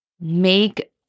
Make